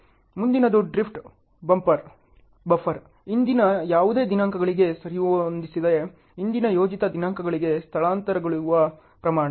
ಮುಂದಿನದು drift buffer ಹಿಂದಿನ ಯಾವುದೇ ದಿನಾಂಕಗಳಿಗೆ ಸರಿಹೊಂದಿಸದೆ ಹಿಂದಿನ ಯೋಜಿತ ದಿನಾಂಕಗಳಿಗೆ ಸ್ಥಳಾಂತರಗೊಳ್ಳುವ ಪ್ರಮಾಣ